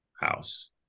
house